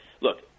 look